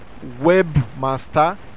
webmaster